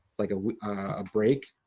like, a ah break,